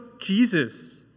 Jesus